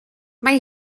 mae